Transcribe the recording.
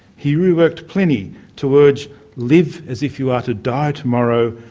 he reworked pliny to urge live as if you are to die tomorrow,